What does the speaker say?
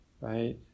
right